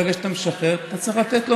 שברגע שאתה משחרר אתה צריך לתת לו,